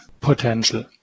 potential